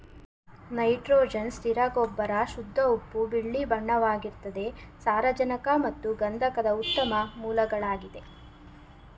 nitrogen ಸ್ಥಿರ ಗೊಬ್ಬರ ಶುದ್ಧ ಉಪ್ಪು ಬಿಳಿಬಣ್ಣವಾಗಿರ್ತದೆ ಸಾರಜನಕ ಮತ್ತು ಗಂಧಕದ ಉತ್ತಮ ಮೂಲಗಳಾಗಿದೆ